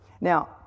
Now